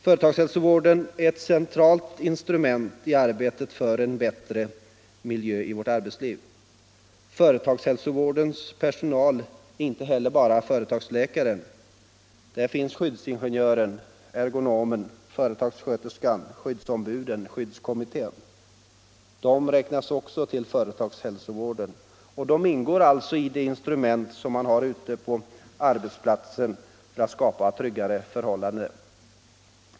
Företagshälsovården är ett centralt instrument i arbetet för en bättre miljö i vårt arbetsliv. Företagshälsovårdens personal är inte heller bara företagsläkaren. Där finns skyddsingenjören, ergonomen, företagssköterskan, skyddsombuden, skyddskommittén. De räknas också till företagshälsovården, och de ingår alltså i de instrument man har att ute på arbetsplatsen skapa tryggare förhållanden.